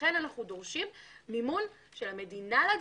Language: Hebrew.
לכן אנחנו דורשים מימון של המדינה.